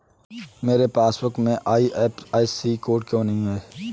मेरे पासबुक में IFSC code क्यो नहीं है?